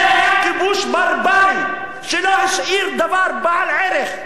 זה היה כיבוש ברברי שלא השאיר דבר בעל ערך,